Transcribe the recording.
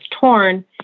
torn